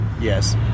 yes